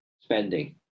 spending